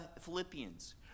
Philippians